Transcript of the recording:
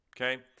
okay